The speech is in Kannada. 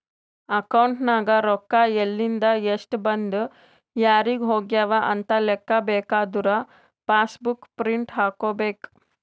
ಅಕೌಂಟ್ ನಾಗ್ ರೊಕ್ಕಾ ಎಲಿಂದ್, ಎಸ್ಟ್ ಬಂದು ಯಾರಿಗ್ ಹೋಗ್ಯವ ಅಂತ್ ಲೆಕ್ಕಾ ಬೇಕಾದುರ ಪಾಸ್ ಬುಕ್ ಪ್ರಿಂಟ್ ಹಾಕೋಬೇಕ್